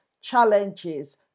challenges